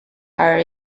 are